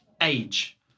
age